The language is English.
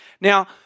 Now